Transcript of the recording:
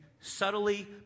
subtly